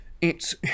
It's